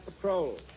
patrol